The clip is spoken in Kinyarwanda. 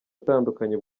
atandukanye